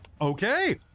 Okay